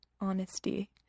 Honesty